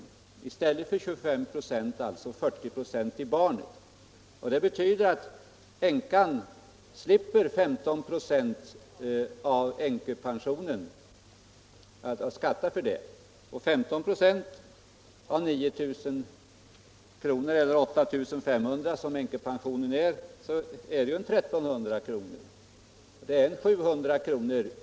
Vi föreslår alltså att 40 96 i stället för 25 96 skall gå till barnet. Det betyder att änkan slipper skatta för 15 96 av änkepensionen, och 15 96 av 8 500 kr., som änkepensionen uppgår till, är ungefär 1300 kr. Det betyder ca 700 kr.